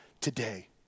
today